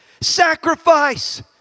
Sacrifice